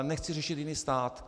Ale nechci řešit jiný stát.